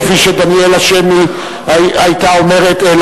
כפי שדניאלה שמי היתה אומרת.